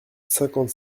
cinquante